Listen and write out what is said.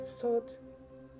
thought